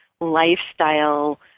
lifestyle